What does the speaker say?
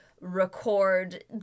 record